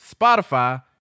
Spotify